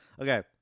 Okay